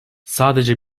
sadece